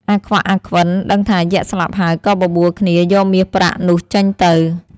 អាខ្វាក់ អាខ្វិន ដឹងថាយក្ខស្លាប់ហើយ ក៏បបួលគ្នាយកមាសប្រាក់នោះចេញទៅ។